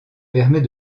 permet